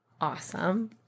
Awesome